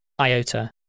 Iota